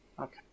Okay